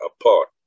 apart